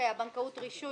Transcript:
רוב